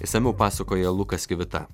išsamiau pasakoja lukas kivita